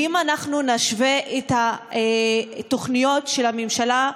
ואם אנחנו נשווה את התוכניות של הממשלה,